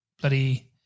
Bloody